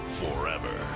forever